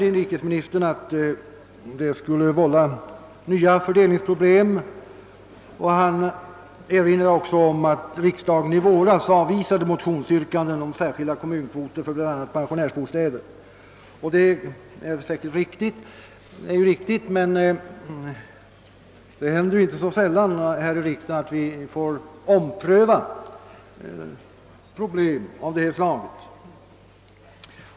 Inrikesministern säger att en ändring i detta hänseende skulle vålla nya fördelningsproblem, och han erinrar om att riksdagen i våras avvisade motionsyrkanden om särskilda kommunkvoter för pensionärsbostäder. Det är riktigt, men det händer ju inte så sällan här i riksdagen att vi måste ompröva fattade beslut.